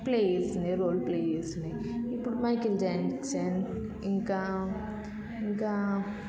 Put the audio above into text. play చేస్తుంది role play చేస్తుంది ఇప్పుడు మైకల్ జాక్సన్ ఇంకా ఇంకా